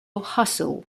hustle